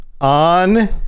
on